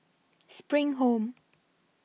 SPRING Home